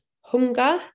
hunger